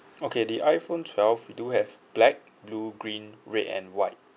okay the iphone twelve we do have black blue green red and white